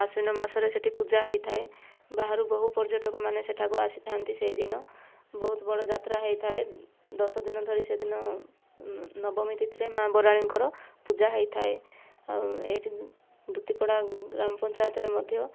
ଆଶ୍ଵିନ ମାସରେ ସେଠି ପୂଜା ହୋଇଥାଏ ବାହାରୁ ବହୁ ପର୍ଯ୍ୟଟକମାନେ ସେଠାକୁ ଆସିଥାନ୍ତି ସେହିଦିନ ବହୁତ ବଡ଼ ଯାତ୍ରା ହୋଇଥାଏ ଦଶଦିନ ଧରି ସେଦିନ ନବମୀ ତିଥିରେ ମା' ବରାଳୀଙ୍କର ପୂଜା ହୋଇଥାଏ ଆଉ ଏଠି ଦୂତିପଡ଼ା ଗ୍ରାମ ପଞ୍ଚାୟତରେ ମଧ୍ୟ